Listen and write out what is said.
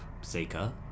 Seeker